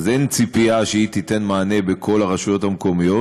אין ציפייה שהיא תיתן מענה בכל הרשויות המקומיות,